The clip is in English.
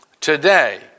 today